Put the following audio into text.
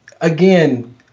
Again